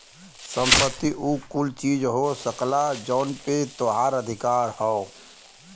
संपत्ति उ कुल चीज हो सकला जौन पे तोहार अधिकार हौ